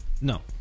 No